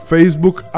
Facebook